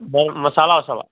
ब मसाला उसाला